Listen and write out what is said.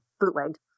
bootlegged